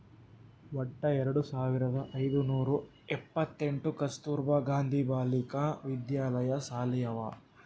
ವಟ್ಟ ಎರಡು ಸಾವಿರದ ಐಯ್ದ ನೂರಾ ಎಪ್ಪತ್ತೆಂಟ್ ಕಸ್ತೂರ್ಬಾ ಗಾಂಧಿ ಬಾಲಿಕಾ ವಿದ್ಯಾಲಯ ಸಾಲಿ ಅವಾ